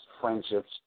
friendships